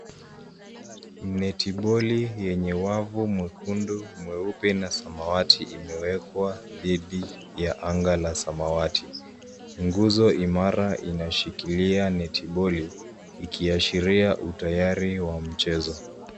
Netiboli yenye wavu mwekundu, mweupe na samawati imewekwa dhidi ya anga la samawati. Nguzo imara inashikilia netiboli, ikiashiria utayari wa mchezo.